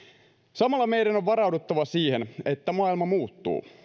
samalla meidän on varauduttava siihen että maailma muuttuu